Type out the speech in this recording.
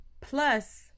Plus